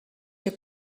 your